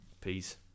peace